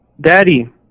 Daddy